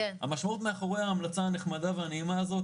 המשמעות מאחורי המלצה הנחמדה והנעימה הזאת,